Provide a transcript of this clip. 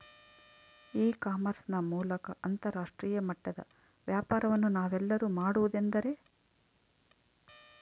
E commerce ನ ಮೂಲಕ ಅಂತರಾಷ್ಟ್ರೇಯ ಮಟ್ಟದ ವ್ಯಾಪಾರವನ್ನು ನಾವೆಲ್ಲರೂ ಮಾಡುವುದೆಂದರೆ?